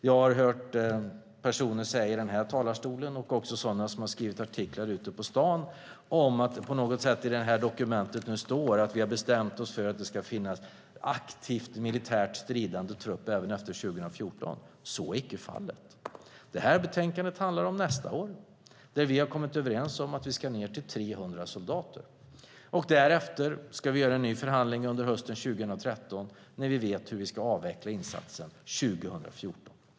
Jag har hört personer säga i den här talarstolen - och även sådana som har skrivit artiklar ute på stan - att det på något sätt i detta dokument skulle stå att vi har bestämt oss för att det ska finnas aktivt militärt stridande trupp även efter 2014. Så är icke fallet. Betänkandet handlar om nästa år, då vi har kommit överens om att vi ska ned till 300 soldater. Därefter ska vi göra en ny förhandling under hösten 2013 när vi vet hur vi ska avveckla insatsen 2014.